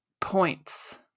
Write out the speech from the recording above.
points